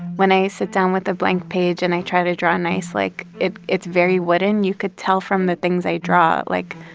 when i sit down with a blank page and i try to draw nice, like, it's very wooden. you could tell from the things i draw. like,